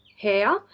hair